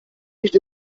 nicht